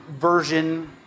version